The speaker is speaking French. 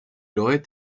aurait